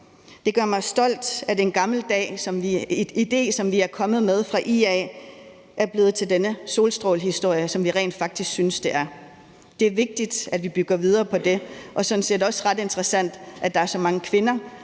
Det gør mig stolt, at en gammel idé, som vi er kommet med fra IA's side, er blevet til denne solstrålehistorie, som vi rent faktisk synes det er, og det er vigtigt, at vi bygger videre på det, og det er sådan set også ret interessant, at der er så mange kvinder,